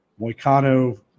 Moicano